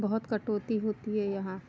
बहुत कटौती होती है यहाँ